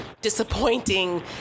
disappointing